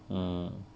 mm